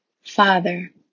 Father